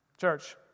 Church